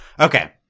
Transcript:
Okay